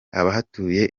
abahatuye